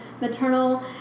maternal